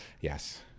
yes